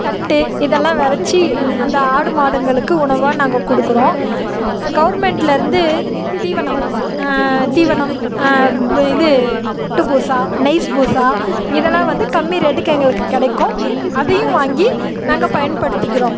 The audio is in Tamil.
தட்டு இதெல்லாம் வெறச்சி அந்த ஆடு மாடுங்களுக்கு உணவாக நாங்கள் கொடுக்கறோம் கவுர்மண்ட்டிலருந்து தீவனம் தீவனம் இது பொட்டு பூசா நெய்ஸ் பூசா இதெல்லாம் வந்து கம்மி ரேட்டுக்கு எங்களுக்கு கிடைக்கும் அதையும் வாங்கி நாங்கள் பயன்படுத்திக்கிறோம்